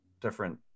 different